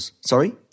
Sorry